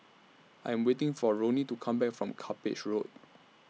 I Am waiting For Roni to Come Back from Cuppage Road